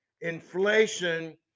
inflation